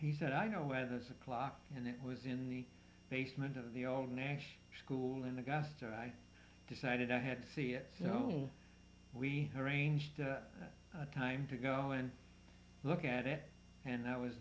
he said i know where there's a clock and it was in the basement of the old nash school in augusta i decided i had to see it so we arranged a time to go and look at it and i was